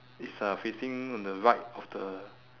is uh facing on the right of the